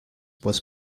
was